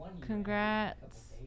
Congrats